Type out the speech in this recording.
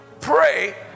pray